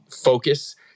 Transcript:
focus